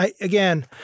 again